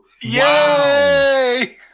Yay